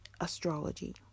astrology